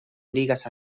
ligas